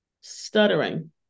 stuttering